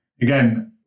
Again